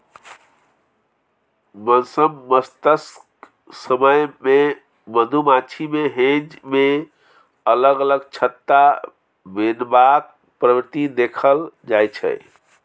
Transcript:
बसंमतसक समय मे मधुमाछी मे हेंज मे अलग अलग छत्ता बनेबाक प्रवृति देखल जाइ छै